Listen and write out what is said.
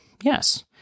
Yes